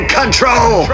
control